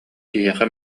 киһиэхэ